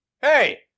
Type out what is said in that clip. hey